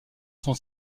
son